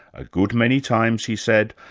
a good many times he said,